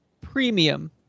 premium